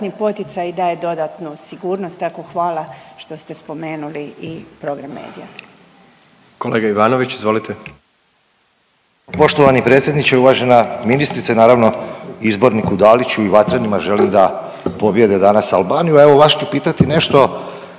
daje dodatnu sigurnost. Tako hvala što ste spomenuli i program Medija. **Jandroković, Gordan (HDZ)** Kolega Ivanović, izvolite. **Ivanović, Goran (HDZ)** Poštovani predsjedniče, uvažena ministrice. Naravno izborniku Daliću i Vatrenima želim da pobijede danas Albaniju. Evo vas ću pitati nešto